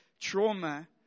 trauma